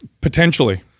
Potentially